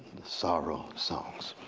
the sorrow songs.